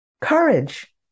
courage